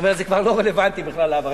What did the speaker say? זאת אומרת, זה כבר לא רלוונטי בכלל ההבהרה.